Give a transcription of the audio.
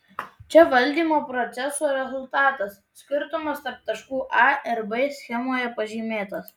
čia valdymo proceso rezultatas skirtumas tarp taškų a ir b schemoje pažymėtas